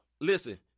Listen